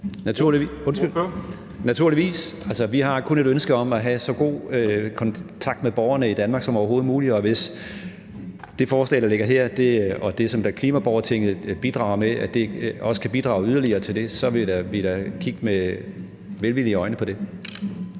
Naturligvis. Vi har kun et ønske om at have så god kontakt med borgerne i Danmark som overhovedet muligt, og hvis det forslag, der ligger her, og det, som klimaborgertinget bidrager med, også kan bidrage yderligere til det, så vil vi da kiggede med velvillige øjne på det.